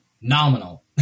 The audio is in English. Nominal